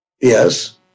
Yes